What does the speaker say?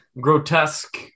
grotesque